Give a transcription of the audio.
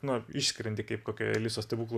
nu išskrendi kaip kokioje alisos stebuklų